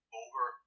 over